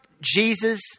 Jesus